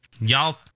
Y'all